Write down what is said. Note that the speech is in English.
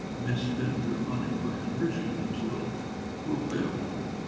misspend their money by enriching themselves we'll pay them off.